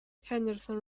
henderson